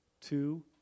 two